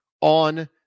on